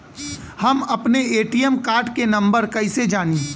हम अपने ATM card के नंबर कइसे जानी?